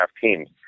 teams